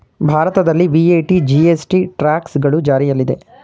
ಭಾರತದಲ್ಲಿ VAT, GST, tax ಗಳು ಜಾರಿಯಲ್ಲಿದೆ